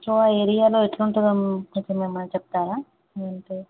so ఈ ఏరియాలో ఎలావుంటుంది కొంచెం ఏమైనా చెప్తారా